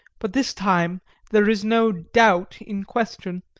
but this time there is no doubt in question.